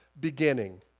beginning